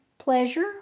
pleasure